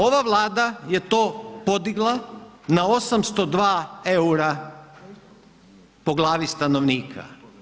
Ova Vlada je to podigla na 802 EUR-a po glavi stanovnika.